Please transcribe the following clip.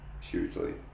hugely